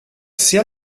sia